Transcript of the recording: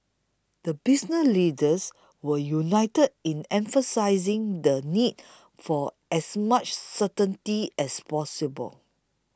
the business leaders were united in emphasising the need for as much certainty as possible